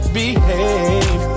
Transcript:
behave